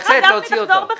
סליחה, גפני, תחזור בך.